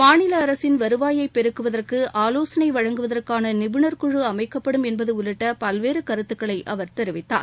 மாநில அரசின் வருவாயை பெருக்குவதற்கு ஆலோசனை வழங்குவதற்கான நிபுணர்குழு அமைக்கப்படும் என்பது உள்ளிட்ட பல்வேறு கருத்துகளை அவர் தெரிவித்தார்